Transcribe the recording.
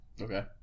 Okay